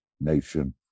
nation